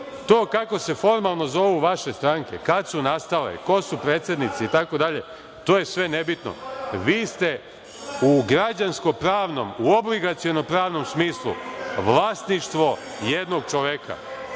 To kako se formalno zovu vaše stranke, kad su nastale, ko su predsednici, itd., to je sve nebitno, vi ste u građansko-pravnom, u obligaciono-pravnom smislu vlasništvo jednog čoveka.